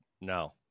No